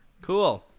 cool